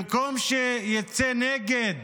במקום שיצא נגד